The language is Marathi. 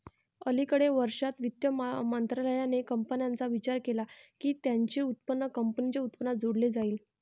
अलिकडे वर्षांत, वित्त मंत्रालयाने कंपन्यांचा विचार केला की त्यांचे उत्पन्न कंपनीच्या उत्पन्नात जोडले जाईल